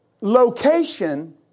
location